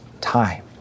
time